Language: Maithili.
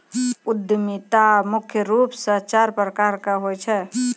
उद्यमिता मुख्य रूप से चार प्रकार के होय छै